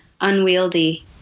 unwieldy